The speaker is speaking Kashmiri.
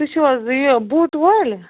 تُہۍ چھُو حظ یہِ بوٗٹہٕ وٲلۍ